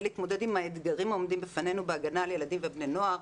להתמודד עם האתגרים העומדים בפנינו בהגנה על ילדים ובני נוער,